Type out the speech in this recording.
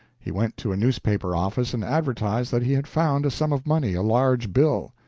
he went to a newspaper office and advertised that he had found a sum of money, a large bill.